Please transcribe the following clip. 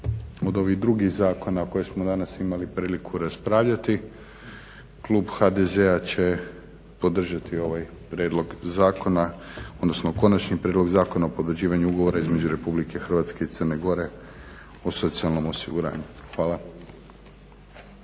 od ovih drugih zakona koje smo danas imali priliku raspravljati, Klub HDZ-a će podržati ovaj prijedlog zakona, odnosno Konačni Prijedlog Zakona o potvrđivanju ugovora između RH i Crne Gore o socijalnom osiguranju. Hvala.